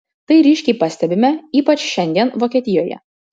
tai ryškiai pastebime ypač šiandien vokietijoje